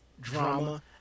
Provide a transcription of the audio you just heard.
Drama